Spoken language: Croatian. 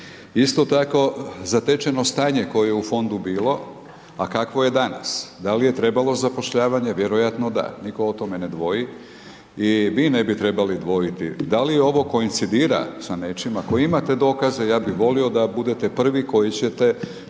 Isto tako zatečeno stanje koje je u fondu bilo, a kakvo je danas. Da li je trebalo zapošljavanje? Vjerojatno da, nitko o tome ne dvoji i mi ne bi trebalo dvojiti, da li ovo koincidira sa nečime, ako imate dokaze, ja bi volio da budete prvi koji ćete